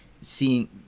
Seeing